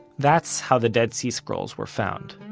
that's how the dead sea scrolls were found.